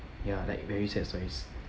ya like very sad stories